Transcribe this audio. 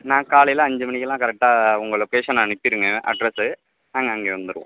நான் காலையில அஞ்சு மணிக்குலாம் கரெட்டாக உங்கள் லொகேஷன் அனுப்பிவிடுங்க அட்ரெஸு நாங்கள் அங்கே வந்துவிடுவோம்